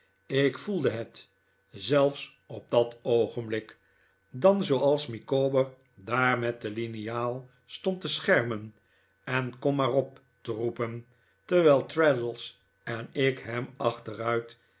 ik voelde het zelfs op dat oogenblik dan zooals mijnheer micawber daar met de liniaal stond te schermen en kom maar op te roepen terwijl traddles en ik hem